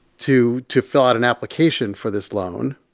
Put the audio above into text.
to to fill out an application for this loan.